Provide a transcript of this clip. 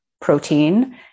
protein